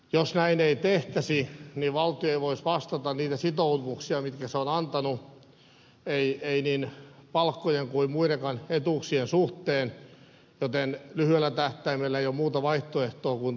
jos näin ei tehtäisi niin valtio ei voisi vastata sitoumuksistaan jotka se on antanut palkkojen eikä muidenkaan etuuksien suhteen joten lyhyellä tähtäimellä ei ole muuta vaihtoehtoa kuin tämä velkaantuminen